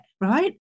right